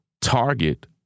target